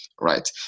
right